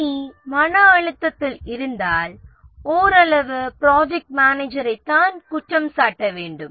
அணி மன அழுத்தத்தில் இருந்தால் ஓரளவு ப்ராஜெக்ட் மேனேஜரைத் தான் குற்றம் சாட்ட வேண்டும்